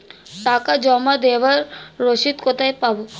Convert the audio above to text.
টাকা জমা দেবার রসিদ কোথায় পাব?